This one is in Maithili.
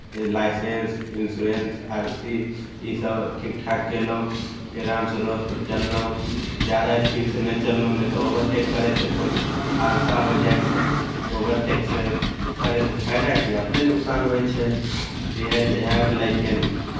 लाइसेंस इन्सोरेन्स आर सी ईसभ ठीकठाक कयलहुँ फेर आरामसँ रोडपर चललहुँ ज्यादा स्पीडसँ नहि चललहुँ नहि तऽ ओवरटेक करै छै कोइ हादसा हो जाइ छै तऽ ओवरटेकसँ करयसँ फायदा की अपने नोकसान होइ छै इएह च् इएहके लए कऽ